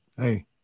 hey